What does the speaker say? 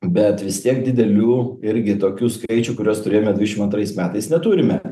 bet vis tiek didelių irgi tokių skaičių kuriuos turėjome dvidešim antrais metais neturime